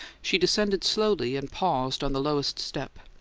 she descended slowly, and paused on the lowest step,